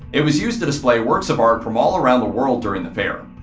it was used to display works of art from all around the world during the fair.